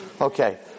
Okay